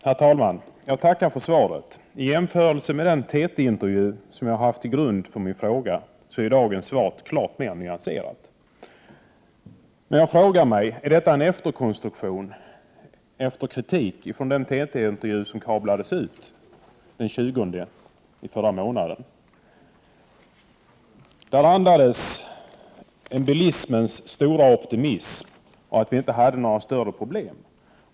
Herr talman! Jag tackar för svaret. I jämförelse med den TT-intervju som jag har haft till grund för min fråga är dagens svar klart mer nyanserat. Men jag frågar mig om detta är en efterkonstruktion efter kritik för den TT-intervju som kablades ut den 20 mars. Där andades en bilismens stora optimism och att vi inte hade några större problem.